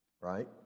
right